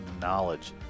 knowledge